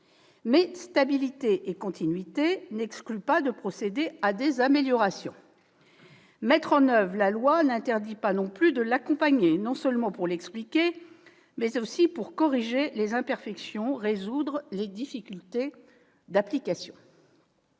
Stabilité et continuité n'excluent cependant pas de procéder à des améliorations. Mettre en oeuvre la loi n'interdit pas non plus de l'accompagner, non seulement pour l'expliquer, mais aussi pour en corriger les imperfections, en résoudre les difficultés d'application.